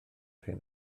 hyn